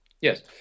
Yes